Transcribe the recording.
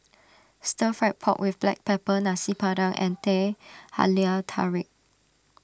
Stir Fried Pork with Black Pepper Nasi Padang and Teh Halia Tarik